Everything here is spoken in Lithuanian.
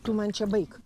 tu man čia baik